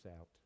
out